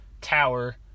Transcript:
tower